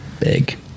Big